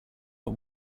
but